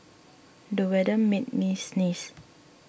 the weather made me sneeze